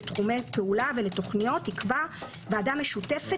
לתחומי פעולה ולתוכניות תקבע ועדה משותפת